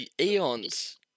eons